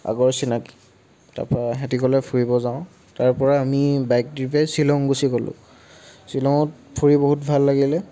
আগৰ চিনাকি তাৰপৰা সিহঁতে ক'লে ফুৰিব যাওঁ তাৰপৰা আমি বাইক লৈ পেলাই শ্বিলং গুচি গলোঁ শ্বিলঙত ফুৰি বহুত ভাল লাগিলে